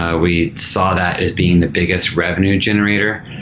ah we saw that as being the biggest revenue generator.